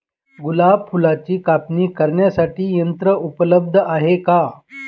गुलाब फुलाची कापणी करण्यासाठी यंत्र उपलब्ध आहे का?